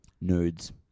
Nudes